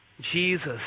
Jesus